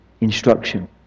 instruction